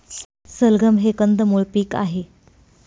सलगम हे कंदमुळ पीक आहे